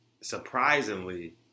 surprisingly